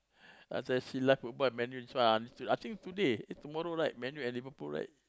after that see live football Man-U this one ah I think today Man-U and Liverpool right